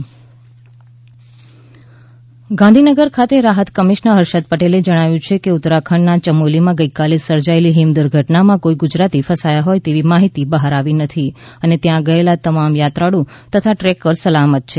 યમોલી દુર્ઘટના બધા ગુજરાતી સલામત ગાંધીનગર ખાતે રાહત કમિશ્નર હર્ષદ પટેલે જણાવ્યું છે કે ઉત્તરાખંડ ના યમોલીમાં ગઇકાલે સર્જાયેલી હિમ દુર્ઘટનામાં કોઈ ગુજરાતી ફસાયા હોય તેવી માહિતી બહાર આવી નથી અને ત્યાં ગયેલા તમામ યાત્રાળુ તથા ટ્રેકર સલામત છે